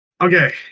Okay